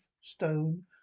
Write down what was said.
stone